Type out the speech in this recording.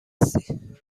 هستی